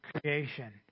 creation